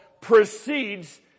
precedes